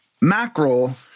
mackerel